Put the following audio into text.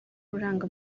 uranga